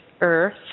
earth